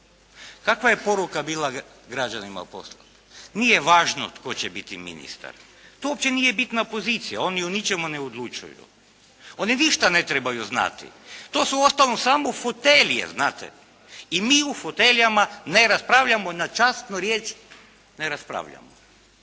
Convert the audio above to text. Kakva je poruka bila građanima poslata? Nije važno tko će biti ministar, to uopće nije bitna pozicija, oni o ničemu ne odlučuju, oni ništa ne trebaju znati, to su uostalom samo fotelje znate i mi o foteljama ne raspravljamo na časnu riječ, ne raspravljamo.